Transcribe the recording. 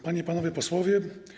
Panie i Panowie Posłowie!